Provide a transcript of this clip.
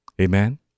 Amen